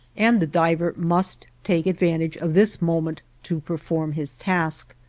and the diver must take advantage of this moment to perform his task.